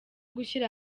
gushyira